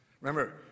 Remember